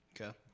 Okay